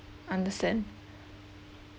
understand